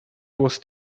was